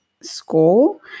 school